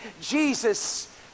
Jesus